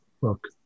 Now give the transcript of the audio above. look